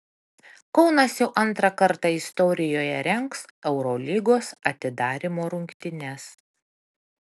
kaunas jau antrą kartą istorijoje rengs eurolygos atidarymo rungtynes